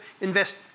invest